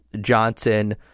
johnson